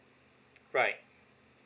right